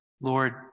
Lord